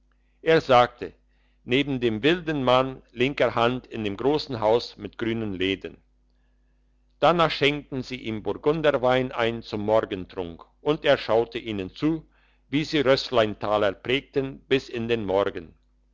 er sagte neben dem wilden mann linker hand in dem grossen haus mit grünen läden danach schenkten sie ihm burgunderwein ein zum morgentrunk und er schaute ihnen zu wie sie rössleintaler prägten bis an den morgen